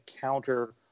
counter